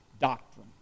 doctrine